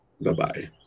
Bye-bye